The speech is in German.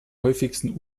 häufigsten